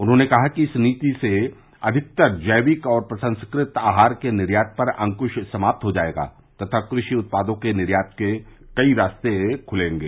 उन्होंने कहा कि इस नीति से अधिकतर जैविक और प्रसंस्कृत आहार के निर्यात पर अंकुश समाप्त हो जाएगा तथा कृषि उत्पादों के निर्यात के कई रास्ते खुलेंगे